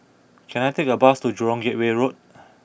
can I take a bus to Jurong Gateway Road